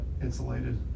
insulated